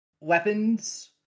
weapons